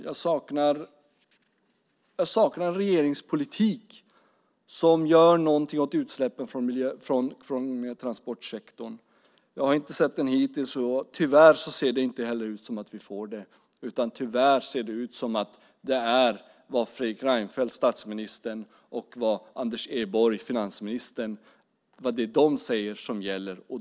Jag saknar en regeringspolitik som gör någonting åt utsläppen från transportsektorn. Jag har inte sett den hittills, och tyvärr ser det inte heller ut som om vi får se den. Det ser tyvärr ut som om det är vad statsminister Fredrik Reinfeldt och finansminister Anders Borg säger som gäller.